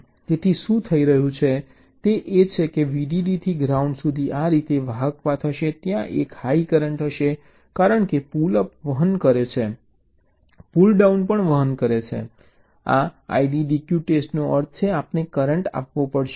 તેથી શું થઈ રહ્યું છે તે એ છે કે VDD થી ગ્રાઉન્ડ સુધી આ રીતે વાહક પાથ હશે ત્યાં એક હાઈ કરંટ હશે કારણ કે પુલ અપ પણ વહન કરે છે પુલ ડાઉન પણ વહન કરે છે આ IDDQ ટેસ્ટનો અર્થ છે આપણે કરંટ માપવો પડશે